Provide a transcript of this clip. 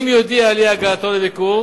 אם יודיע על אי-הגעתו לביקור